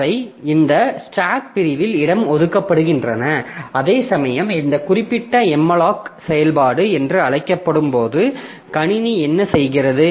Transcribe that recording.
அவை இந்த ஸ்டாக் பிரிவில் இடம் ஒதுக்கப்படுகின்றன அதேசமயம் இந்த குறிப்பிட்ட malloc செயல்பாடு என்று அழைக்கப்படும் போது கணினி என்ன செய்கிறது